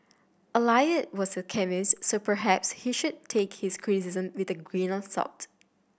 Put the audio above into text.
Eliot was a chemist so perhaps he should take his criticism with a grain of salt